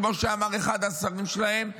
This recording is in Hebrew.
כמו שאמר אחד השרים שלהם,